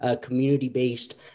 community-based